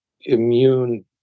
immune